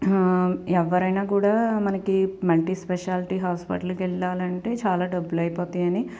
ఎవ్వరైనా కూడా మనకి మల్టీ స్పెషాలిటీ హాస్పిటల్కి వెళ్లాలంటే చాలా డబ్బులు అయిపోతాయని